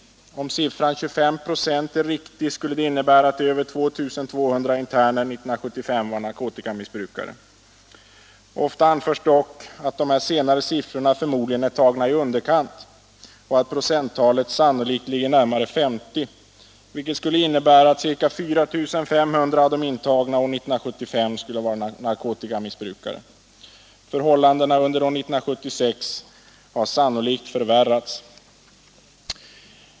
Om siffran 25 "a är riktig. skulle det innebära att över 2 200 interner 1975 var narkotikamissbrukare. Ofta anförs dock att dessa senare siffror förmodligen är tagna i underkant och att procenttalet sannolikt ligger närmare 50, vilket skulle innebära att ca 4 500 av de intagna år 1975 skulle vara narkotikamissbrukare. Förhållandena har under 1976 sannolikt förvärrats.